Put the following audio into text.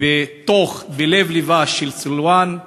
בלב-לבה של סילואן,